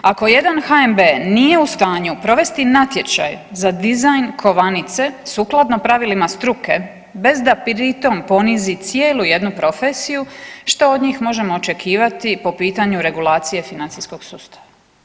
Ako jedan HNB nije u stanju provesti natječaj za dizajn kovanice sukladno pravilima struke bez da pritom ponizi cijelu jednu profesiju što od njih možemo očekivati po pitanju regulacije financijskog sustava.